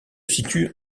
situe